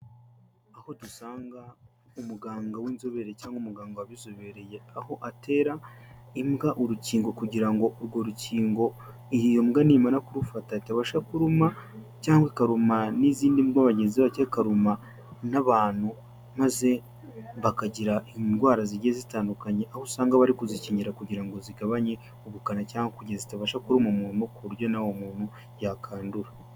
Aho dusanga umuganga w'inzobere cyangwa umuganga wabizobereye. Aho atera imbwa urukingo kugira ngo urwo rukingo iyo mbwa nimara kurufata, itabasha kuruma cyangwa ikaruma n'izindi mbwa bagenzi bayo, cyangwa ikaruma n'abantu. Maze bakagira indwara zigiye zitandukanye, aho usanga bari kuzikingira kugira ngo zigabanye ubukana, cyangwa kugira ngo zitabasha kuruma umuntu, ku buryo na wa muntu yakandura.